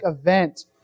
event